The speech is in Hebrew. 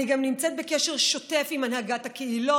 אני נמצאת בקשר שוטף עם הנהגת הקהילות,